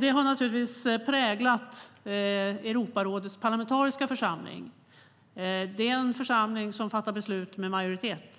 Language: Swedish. Det har naturligtvis präglat Europarådets parlamentariska församling. Det är en församling som fattar beslut med majoritet.